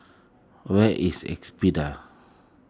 where is Espada